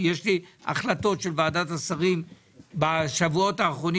יש לי החלטות של ועדת השרים בשבועות האחרונים